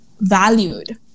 valued